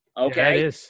Okay